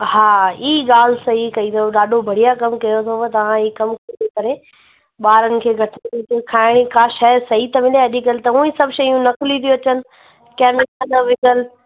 हा हीअ ॻाल्हि सही कई अथव ॾाढो बढ़िया कमु कयो अथव तव्हां ईअं कम शुरू करे ॿारनि खे गॾु खाइण जी का शइ सही त हुजे अॼुकल्ह त उहो ई सभु शयूं नक़िली थियूं अचनि कैमिकल विधलु